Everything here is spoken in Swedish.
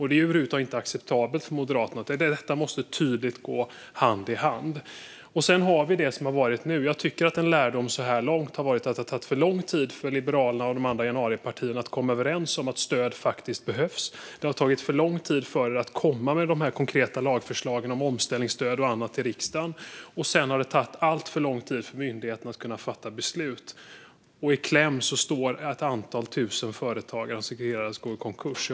Det är över huvud taget inte acceptabelt för Moderaterna. Detta måste tydligt gå hand i hand. Sedan har vi det som har varit nu. Jag tycker att en lärdom så här långt har varit att det har tagit för lång tid för Liberalerna och de andra januaripartierna att komma överens om att stöd faktiskt behövs. Det har tagit för lång tid för er att komma med konkreta lagförslag om omställningsstöd och annat i riksdagen. Sedan har det tagit alltför lång tid för myndigheten att fatta beslut. Ett antal tusen företag som riskerar att gå i konkurs har hamnat i kläm.